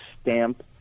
stamp